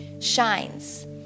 shines